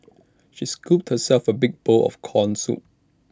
she scooped herself A big bowl of Corn Soup